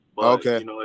Okay